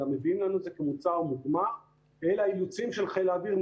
אלא מביאים לנו את זה כמוצר מוגמר ואלה האילוצים של חיל האוויר.